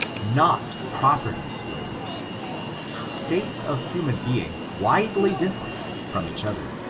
not property slaves states of human being widely dif ferent from each other.